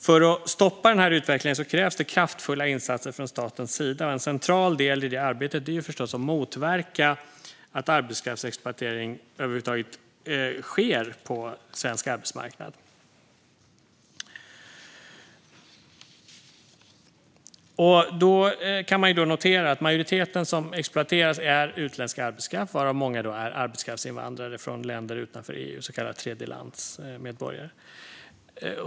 För att stoppa den här utvecklingen krävs det kraftfulla insatser från statens sida. En central del i det arbetet är förstås att motverka att arbetskraftsexploatering över huvud taget sker på svensk arbetsmarknad. Man kan notera att majoriteten som exploateras är utländsk arbetskraft, varav många är arbetskraftsinvandrare från länder utanför EU, så kallade tredjelandsmedborgare.